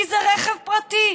כי זה רכב פרטי,